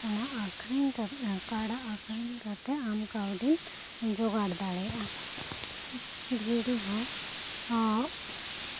ᱚᱱᱟ ᱟᱠᱷᱨᱤᱧ ᱠᱟᱛᱮᱜ ᱠᱟᱰᱟ ᱟᱠᱷᱨᱤᱧ ᱠᱟᱛᱮᱜ ᱠᱟᱹᱣᱰᱤᱢ ᱡᱚᱜᱟᱲ ᱫᱟᱲᱮᱭᱟᱜ ᱟ ᱟᱨ ᱵᱷᱤᱰᱤ ᱦᱚᱸ